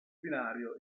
binario